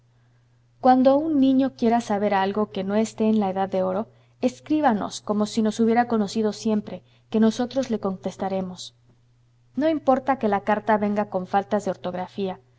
cuando un niño quiera saber algo que no esté en la edad de oro escríbanos como si nos hubiera conocido siempre que nosotros le contestaremos no importa que la carta venga con faltas de ortografía